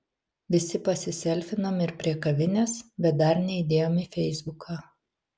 visi pasiselfinom ir prie kavinės bet dar neįdėjom į feisbuką